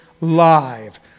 Live